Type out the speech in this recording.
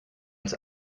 uns